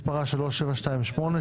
התשפ"ב-2022 (פ/3723/24),